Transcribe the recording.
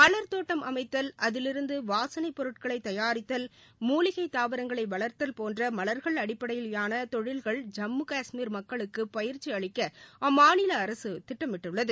மல்த் தோட்டம் அமைத்தல் அதிலிருந்து வாசனைப் பொருட்களை தயாரித்தல் மூலிகை தாவரங்களை வளர்த்தல் போன்ற மலர்கள் அடிப்படையிலான தொழில்களில் ஜம்மு கஷ்மீர் மக்களுக்கு பயிற்சி அளிக்க அம்மாநில அரசு திட்டமிட்டுள்ளது